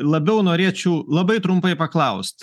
labiau norėčiau labai trumpai paklaust